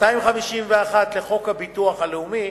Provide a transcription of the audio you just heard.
251 לחוק הביטוח הלאומי